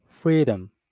freedom